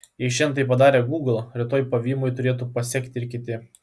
jei šiandien tai padarė gūgl rytoj pavymui turėtų pasekti ir kiti